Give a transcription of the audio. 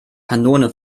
kanone